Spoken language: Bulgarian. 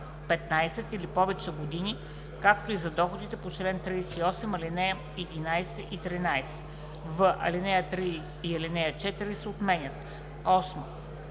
15 или повече години, както и за доходите по чл. 38 ал. 11 и 13.“ в) ал. 3 и ал. 4 се отменят. 8.